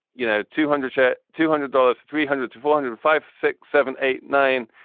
you know, two hundred yet two hundred dollars, three hundred to four hundred, five, six, seven, eight, nine.